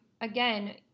again